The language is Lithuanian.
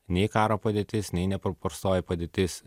nei karo padėtis nei nepaprastoji padėtis